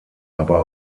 aber